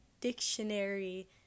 dictionary